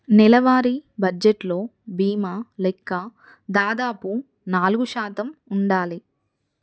నెలవారీ బడ్జెట్లో భీమా లెక్క దాదాపు నాలుగు శాతం ఉండాలి